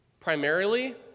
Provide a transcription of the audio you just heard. primarily